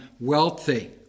wealthy